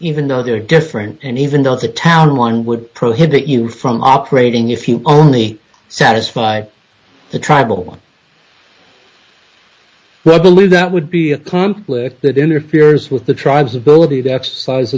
even though they're different and even though the town line would prohibit you from operating if you only satisfy the tribal but believe that would be accomplished that interferes with the tribes ability to exercise